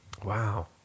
Wow